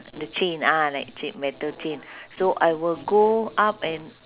the chain ah like chai~ metal chain so I will go up and